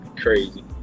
crazy